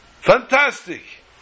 Fantastic